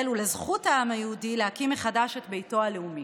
ולזכות העם היהודי להקים מחדש את ביתו הלאומי.